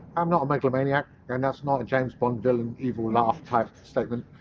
i'm not a megalomaniac, and that's not a james bond villain evil laugh type statement,